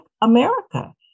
America